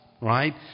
right